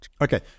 Okay